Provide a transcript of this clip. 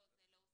זה להוסיף.